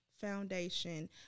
Foundation